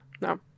No